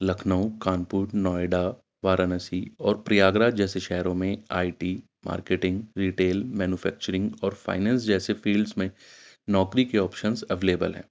لکھنؤ کانپور نوئیڈا وارانسی اور پریاگرا جیسے شہروں میں I T marketing retail manufacturing اور فائنس جیسے فیلڈس میں نوکری کے آپشنس اویلیبل ہیں